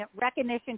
recognition